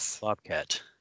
Bobcat